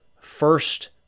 first